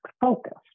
focused